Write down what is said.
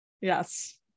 Yes